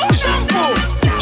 shampoo